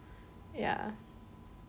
ya